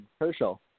Herschel